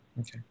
Okay